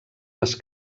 les